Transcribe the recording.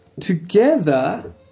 together